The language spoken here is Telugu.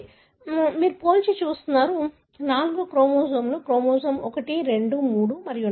కాబట్టి మనము పోల్చి చూస్తున్నాము 4 క్రోమోజోమ్లు క్రోమోజోమ్ 1 2 3 మరియు 4 సరియైనదా